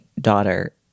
daughter